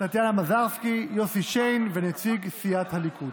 טטיאנה מזרסקי, יוסי שיין ונציג סיעת הליכוד.